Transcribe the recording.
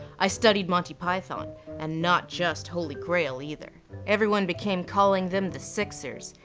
i studied monty python and not just holy grail either everyone became calling them the sixers.